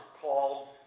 called